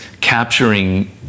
capturing